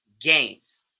games